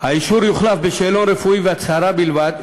האישור יוחלף בשאלון רפואי והצהרה בלבד,